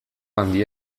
handia